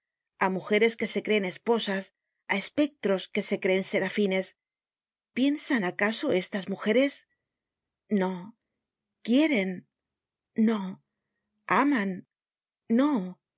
á mujeres que se creen esposas á espectros que se creen serafines piensan acaso estas mujeres no quieren no aman no